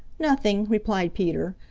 nothing, replied peter,